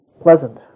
pleasant